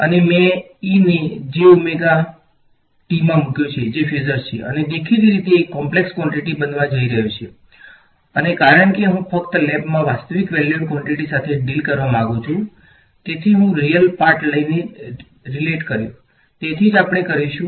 અને મેં e ને j ઓમેગા t માં મૂક્યો છે જે ફેઝર છે અને દેખીતી રીતે એક કોમ્પ્લેક્ષ કવોંટીટી બનવા જઈ રહ્યો છે અને કારણ કે હું ફક્ત લેબમાં વાસ્તવિક વેલ્યુડ કવોંટીટી સાથે ડિલ કરવા માંગુ છું તેથી હું રીયલ પાર્ટ લઈને રીલેટ કયુ તે જ આપણે કરીશું